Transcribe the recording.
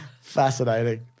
Fascinating